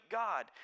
god